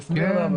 כן.